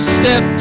step